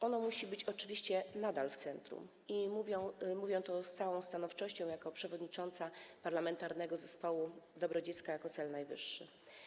Ono musi być oczywiście nadal w centrum i mówię to z całą stanowczością jako przewodnicząca Parlamentarnego Zespołu „Dobro dziecka jako cel najwyższy”